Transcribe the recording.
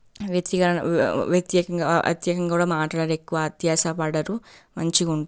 వ్యక్తేకంగా మాట్లాడరు క్కువ ఎక్కువ అత్యాశ పడరు మంచిగుంటుంది